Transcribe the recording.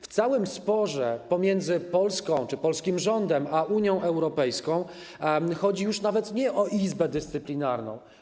W całym sporze pomiędzy Polską czy polskim rządem a Unią Europejską chodzi już nawet nie o Izbę Dyscyplinarną.